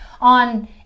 on